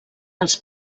els